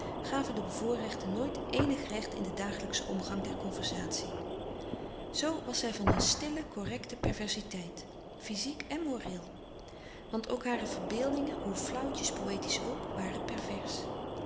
gaven den bevoorrechte nooit eenig recht in den dagelijkschen omgang der conversatie zoo was zij van een stille correcte perversiteit fyziek en moreel want ook hare verbeeldingen hoe flauwtjes poëtisch ook waren pervers